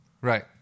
Right